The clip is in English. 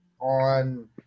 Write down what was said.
on